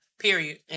Period